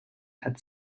had